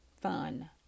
Fun